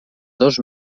dos